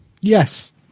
Yes